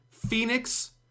phoenix